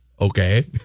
Okay